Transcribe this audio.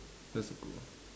that's a good one